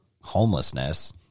homelessness